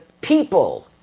people